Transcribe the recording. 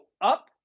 up